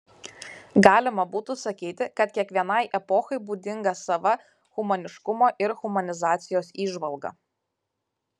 galima būtų sakyti kad kiekvienai epochai būdinga sava humaniškumo ir humanizacijos įžvalga